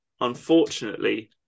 unfortunately